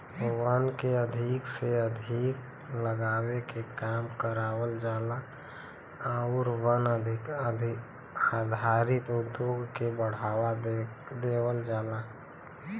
वन के अधिक से अधिक लगावे के काम करावल जाला आउर वन आधारित उद्योग के बढ़ावा देवल जाला